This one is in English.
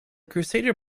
crusader